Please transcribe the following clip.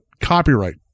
copyright